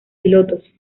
pilotos